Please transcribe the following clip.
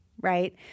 right